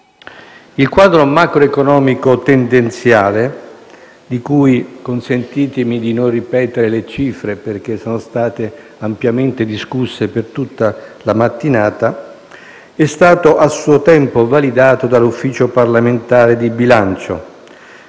Il quadro macroeconomico tendenziale - di cui consentitemi di non ripetere le cifre, che sono state ampiamente discusse tutta la mattinata - è stato a suo tempo validato dall'Ufficio parlamentare di bilancio.